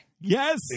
Yes